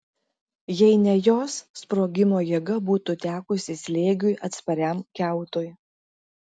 jei ne jos sprogimo jėga būtų tekusi slėgiui atspariam kiautui